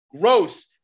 gross